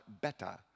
better